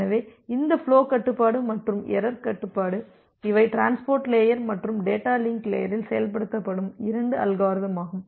எனவே இந்த ஃபுலோ கட்டுப்பாடு மற்றும் எரர் கட்டுப்பாடு இவை டிரான்ஸ்போர்ட் லேயர் மற்றும் டேட்டா லிங்க் லேயரில் செயல்படுத்தப்படும் இரண்டு அல்காரிதமாகும்